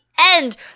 end